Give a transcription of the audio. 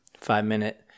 five-minute